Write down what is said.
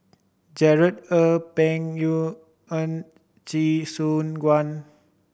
Gerard Ee Peng Yuyun Chee Soon Juan